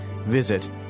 Visit